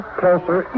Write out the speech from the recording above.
closer